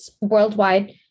worldwide